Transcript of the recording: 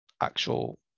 actual